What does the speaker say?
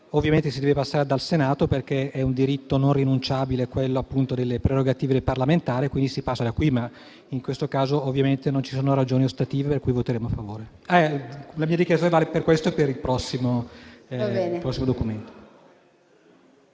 Ovviamente si deve passare dal Senato perché è un diritto non rinunciabile, quello relativo alle prerogative del parlamentare, quindi si passa da questa sede, ma in questo caso ovviamente non ci sono ragioni ostative, per cui voteremo a favore. Questa dichiarazione di voto vale anche per il prossimo documento.